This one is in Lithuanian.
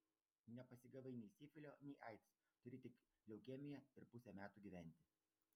nepasigavai nei sifilio nei aids turi tik leukemiją ir pusę metų gyventi